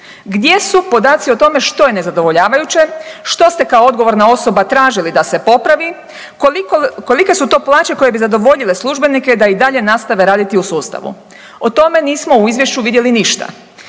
Gdje su podaci o tome što je nezadovoljavajuće, što ste kao odgovorna osoba tražili da se popravi, kolike su to plaće koje bi zadovoljile službenike da i dalje nastave raditi u sustavu? O tome nismo u izvješću vidjeli ništa.